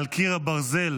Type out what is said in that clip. "על קיר הברזל",